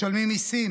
משלמים מיסים